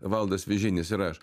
valdas vižinis ir aš